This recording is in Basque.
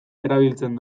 erabiltzen